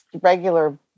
regular